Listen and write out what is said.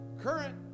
current